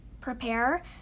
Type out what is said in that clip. prepare